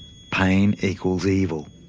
pain equals evil.